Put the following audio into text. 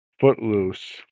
footloose